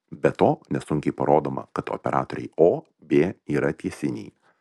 be to nesunkiai parodoma kad operatoriai o b yra tiesiniai